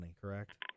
correct